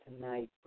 tonight